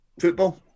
football